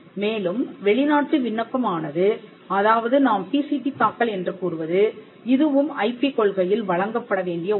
மேலும் வெளிநாட்டு விண்ணப்பம் ஆனது அதாவது நாம் பிசிடி தாக்கல் என்று கூறுவது இதுவும் ஐபி கொள்கையில் வழங்கப்பட வேண்டிய ஒன்று